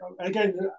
Again